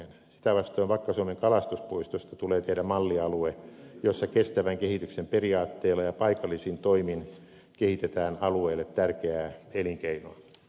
sitä vastoin vakka suomen kalastuspuistosta tulee tehdä mallialue jossa kestävän kehityksen periaatteilla ja paikallisin toimin kehitetään alueelle tärkeää elinkeinoa